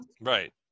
right